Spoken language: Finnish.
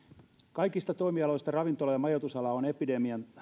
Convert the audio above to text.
kaikista toimialoista ravintola ja majoitusala on epidemian